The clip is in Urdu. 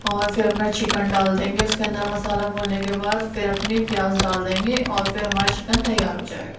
اور پھر اپنا چکن ڈال دیں گے اُس کے اندر مصالحہ بھوننے بعد پھر اپنی پیاز ڈال دیں گے اور پھر ہمارا چکن تیار ہو جائے گا